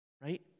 right